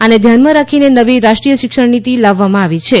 આને ધ્યાનમાં રાખીને નવી રાષ્ટ્રીય શિક્ષણ નીતી લાવવામાં આવી છે